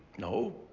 No